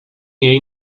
jej